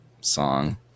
song